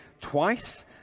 twice